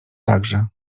także